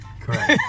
correct